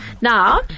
Now